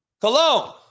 Cologne